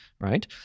right